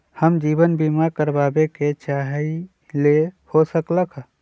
हम जीवन बीमा कारवाबे के चाहईले, हो सकलक ह?